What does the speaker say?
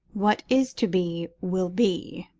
what is to be, will be,